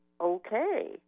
Okay